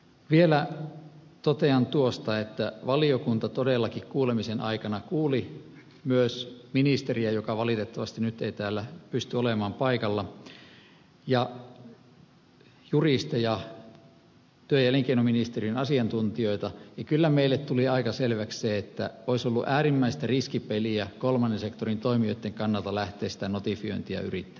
vielä totean tuosta että kun valiokunta todellakin kuulemisen aikana kuuli myös ministeriä joka valitettavasti nyt ei täällä pysty olemaan paikalla ja juristeja työ ja elinkeinoministeriön asiantuntijoita niin kyllä meille tuli aika selväksi se että olisi ollut äärimmäistä riskipeliä kolmannen sektorin toimijoitten kannalta lähteä sitä notifiointia yrittämään